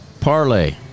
parlay